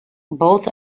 both